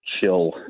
chill